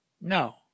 no